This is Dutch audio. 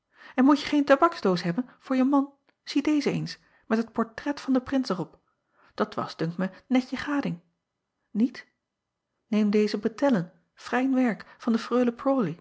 n moetje geen tabaksdoos hebben voor je man zie deze eens met het portret van den rins er op dat was dunkt mij net je gading iet eem deze bretellen fijn werk van de reule